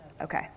Okay